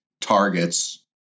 targets